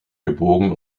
gebogen